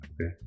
Okay